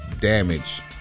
damage